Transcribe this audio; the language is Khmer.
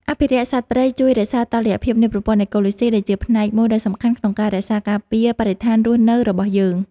អភិរក្សសត្វព្រៃជួយរក្សាតុល្យភាពនៃប្រព័ន្ធអេកូឡូស៊ីដែលជាផ្នែកមួយដ៏សំខាន់ក្នុងការរក្សាការពារបរិស្ថានរស់នៅរបស់យើង។